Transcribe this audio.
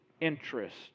interest